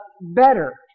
better